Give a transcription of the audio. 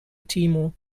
timo